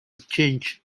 change